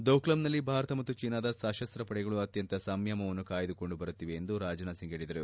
ದೋಕ್ಷಮ್ನಲ್ಲಿ ಭಾರತ ಮತ್ತು ಚೀನಾದ ಸಶಸ್ತ ಪಡೆಗಳು ಅತ್ಲಂತ ಸಂಯಮವನ್ನು ಕಾಯ್ದುಕೊಂಡು ಬರುತ್ತಿದೆ ಎಂದು ರಾಜನಾಥ್ ಸಿಂಗ್ ಹೇಳಿದರು